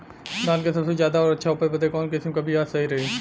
धान क सबसे ज्यादा और अच्छा उपज बदे कवन किसीम क बिया सही रही?